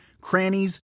crannies